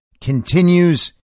continues